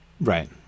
Right